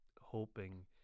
hoping